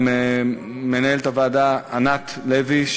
עם מנהלת הוועדה ענת לוי,